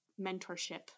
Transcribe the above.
mentorship